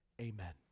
Amen